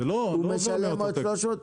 הוא משלם עוד 300 שקלים?